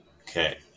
Okay